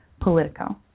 Politico